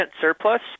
surplus